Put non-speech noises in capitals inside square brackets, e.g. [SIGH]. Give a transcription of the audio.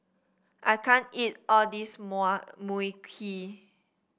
I can't eat all this [UNINTELLIGIBLE] Mui Kee